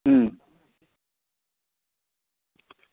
હમ